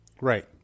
Right